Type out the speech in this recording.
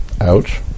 Ouch